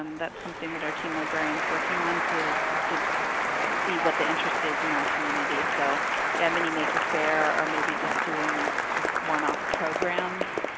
um that's something that our teen librarian is working on to to see what the interest is in our community. so a yeah mini-maker fair, or maybe just doing just one off programs,